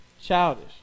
Childish